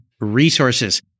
resources